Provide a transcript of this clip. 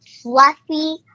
fluffy